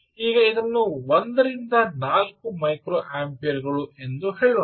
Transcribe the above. ಈಗ ಇದನ್ನು 1 ರಿಂದ 4 ಮೈಕ್ರೊಅಂಪಿಯರ್ಗಳು ಎಂದು ಹೇಳೋಣ